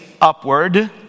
upward